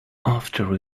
after